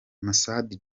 masud